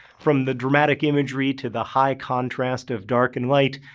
from the dramatic imagery to the high contrast of dark and light,